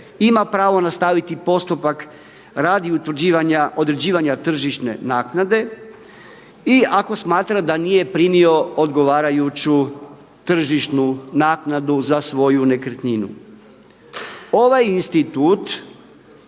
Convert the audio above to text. ima pravo nastaviti postupak radi utvrđivanja, određivanja tržišne naknade i ako smatra da nije primio odgovarajuću tržišnu naknadu za svoju nekretninu. Ovaj institut